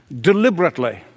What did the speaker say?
deliberately